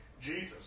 Jesus